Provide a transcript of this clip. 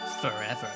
forever